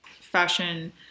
fashion